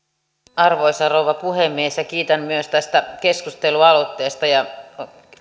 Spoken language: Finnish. arvoisa rouva puhemies kiitän myös tästä keskustelualoitteesta ja